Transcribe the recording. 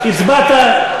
חבר הכנסת בר, הצבעת.